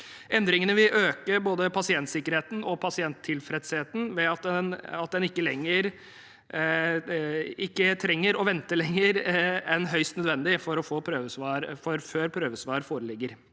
Endringene vil øke både pasientsikkerheten og pasienttilfredsheten ved at en ikke trenger å vente lenger enn høyst nødvendig før prøvesvar foreligger.